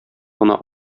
гына